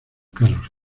carlos